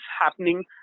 happening